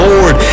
Lord